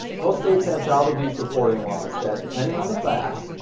most states have child abuse reporting laws that, depending on the facts,